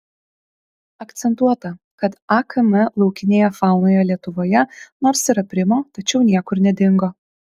akcentuota kad akm laukinėje faunoje lietuvoje nors ir aprimo tačiau niekur nedingo